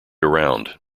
around